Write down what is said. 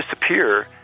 disappear